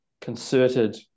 concerted